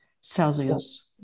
Celsius